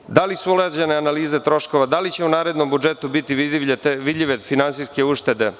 Dalje - da li su uređene analize troškova i da li će u narednom budžetu biti vidljive finansijske uštede?